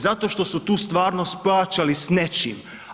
Zato što su tu stvarnost plaćali s nečim.